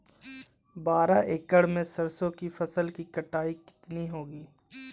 बारह एकड़ में सरसों की फसल की कटाई कितनी होगी?